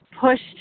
pushed